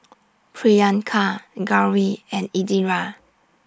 Priyanka Gauri and Indira